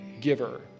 giver